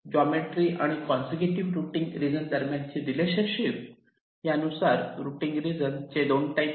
geometry आणि consecutive routing region दरम्यानची relationship यानुसार रुटींग रिजन चे दोन टाईप आहेत